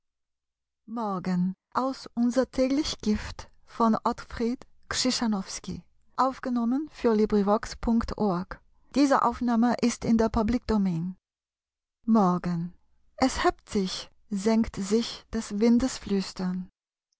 tanz morgen es hebt sich senkt sich des windes flüstern